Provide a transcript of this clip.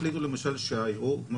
אם הם יחליטו למשל שהערעור, כמו